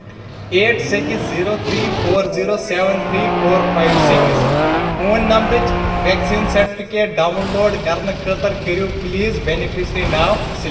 eight six zero three four zero seven three four five six phone نمبرٕچ vaccine certificate download کرنہٕ خٲطرٕ کٔرِو please beneficiary name select